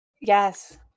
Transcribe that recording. Yes